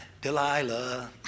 Delilah